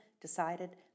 decided